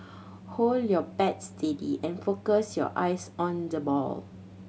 hold your bat steady and focus your eyes on the ball